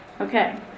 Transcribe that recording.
okay